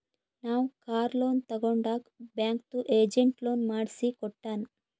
ನಾವ್ car loan ತಗೊಂಡಾಗ್ ಬ್ಯಾಂಕ್ದು ಏಜೆಂಟ್ ಲೋನ್ ಮಾಡ್ಸಿ ಕೊಟ್ಟಾನ್